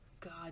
God